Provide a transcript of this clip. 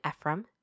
Ephraim